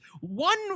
One